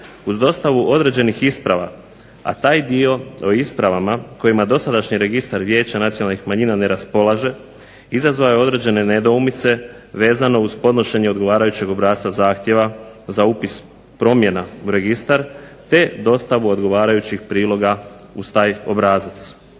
uz dostavu određenih isprava, a taj dio o ispravama kojima dosadašnji registar vijeća nacionalnih manjina ne raspolaže izazvao je određene nedoumice vezano uz podnošenje odgovarajućeg obrasca zahtjeva za upis promjena u registar te dostavu odgovarajućih priloga uz taj obrazac.